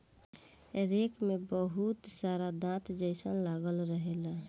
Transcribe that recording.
rake में बहुत सारा दांत जइसन लागल रहेला